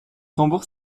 tambours